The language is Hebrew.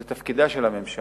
זה תפקידה של הממשלה.